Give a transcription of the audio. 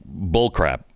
bullcrap